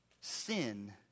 Sin